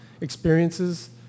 experiences